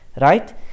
Right